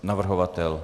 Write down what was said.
Navrhovatel?